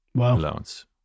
allowance